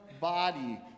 body